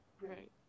right